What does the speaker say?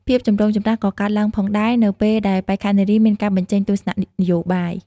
ភាពចម្រូងចម្រាសក៏កើតឡើងផងដែរនៅពេលដែលបេក្ខនារីមានការបញ្ចេញទស្សនៈនយោបាយ។